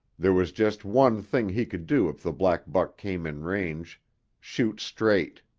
there was just one thing he could do if the black buck came in range shoot straight.